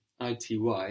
ity